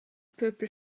peuple